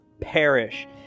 perish